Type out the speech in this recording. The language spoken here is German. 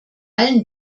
allen